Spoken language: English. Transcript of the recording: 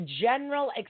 general